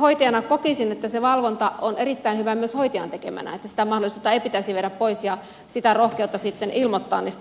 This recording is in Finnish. hoitajana kokisin että se valvonta on erittäin hyvää myös hoitajan tekemänä ja että sitä mahdollisuutta ei pitäisi viedä pois ja sitä rohkeutta sitten ilmoittaa niistä epäkohdista